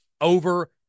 over